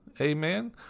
Amen